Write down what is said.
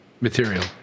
material